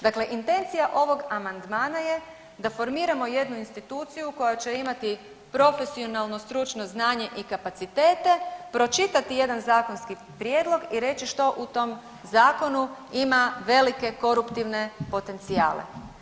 Dakle, intencija ovog amandmana je da formiramo jednu instituciju koja će imati profesionalno stručno znanje i kapacitete, pročitati jedan zakonski prijedlog i reći što u tom zakonu ima velike koruptivne potencijale.